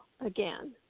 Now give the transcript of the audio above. again